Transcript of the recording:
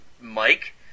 Mike